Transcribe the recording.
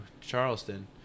Charleston